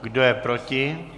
Kdo je proti?